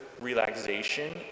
relaxation